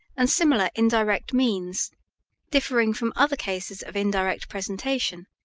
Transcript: and similar indirect means differing from other cases of indirect presentation,